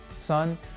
Son